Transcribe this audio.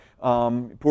Poor